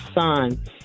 son